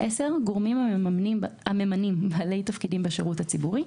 (10)גורמים הממנים בעלי תפקידים בשירות הציבורי.